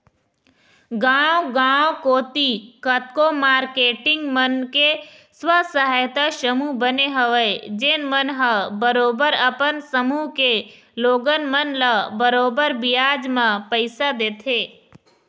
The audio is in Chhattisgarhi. गाँव गाँव कोती कतको मारकेटिंग मन के स्व सहायता समूह बने हवय जेन मन ह बरोबर अपन समूह के लोगन मन ल बरोबर बियाज म पइसा देथे